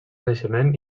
naixement